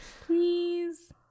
please